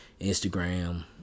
Instagram